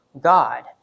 God